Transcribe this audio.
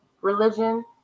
religion